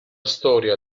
storia